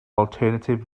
alternative